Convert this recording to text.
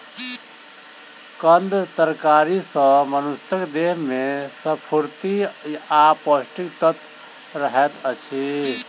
कंद तरकारी सॅ मनुषक देह में स्फूर्ति आ पौष्टिक तत्व रहैत अछि